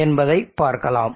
என்பதை பார்க்கலாம்